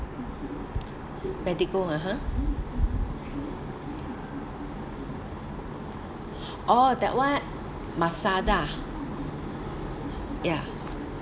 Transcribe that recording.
medical (uh huh) oh that one masada ya